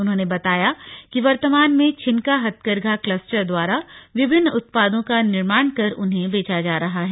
उन्होंने बताया कि वर्तमान में छिनका हथकरघा कलस्टर द्वारा विभिन्न उत्पादों का निर्माण कर उन्हें बेचा जा रहा है